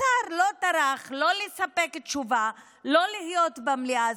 השר לא טרח לספק תשובה או להיות במליאה,